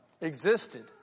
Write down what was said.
existed